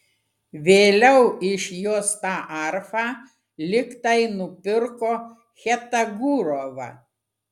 vėliau iš jos tą arfą lyg tai nupirko chetagurova